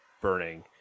burning